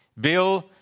Bill